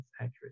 accuracy